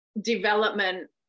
development